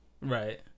Right